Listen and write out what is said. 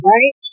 Right